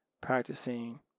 practicing